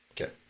Okay